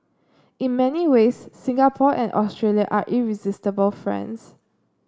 in many ways Singapore and Australia are irresistible friends